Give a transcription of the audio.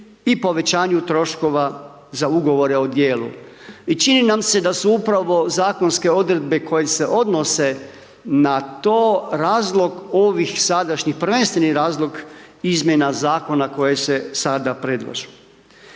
i povećanju troškova za ugovore o djelu. I čini nam se da su upravo zakonske odredbe koje se odnose na to, razlog ovih sadašnjih, prvenstveni razlog izmjena zakona koje se sada predlažu.